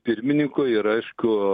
pirminyko ir aišku